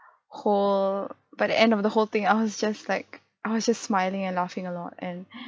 whole by the end of the whole thing I was just like I just smiling and laughing a lot and